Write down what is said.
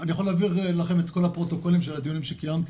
אני יכול להעביר לכם את כל הפרוטוקולים של הדיונים שקיימתי.